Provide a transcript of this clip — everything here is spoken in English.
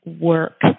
work